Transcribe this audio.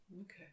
Okay